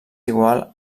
igual